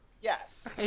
Yes